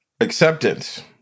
acceptance